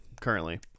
currently